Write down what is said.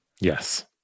yes